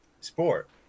sport